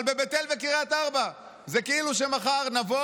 אבל בבית אל וקריית ארבע זה כאילו מחר נבוא